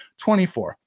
24